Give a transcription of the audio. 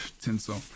tinsel